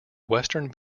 western